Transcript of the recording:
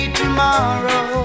tomorrow